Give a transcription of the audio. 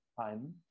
time